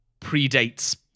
predates